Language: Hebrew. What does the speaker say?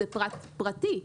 זה פרטי.